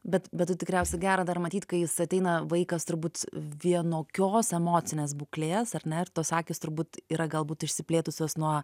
bet bet tu tikriausiai gera dar matyt kai jis ateina vaikas turbūt vienokios emocinės būklės ar ne ir tos akys turbūt yra galbūt išsiplėtusios nuo